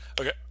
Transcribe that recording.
okay